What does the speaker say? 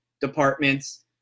departments